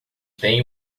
têm